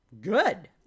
good